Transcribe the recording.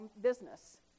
business